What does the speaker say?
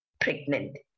pregnant